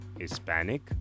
Hispanic